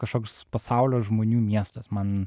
kažkoks pasaulio žmonių miestas man